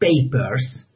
papers